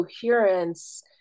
coherence